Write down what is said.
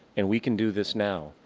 and we can do this now,